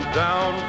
down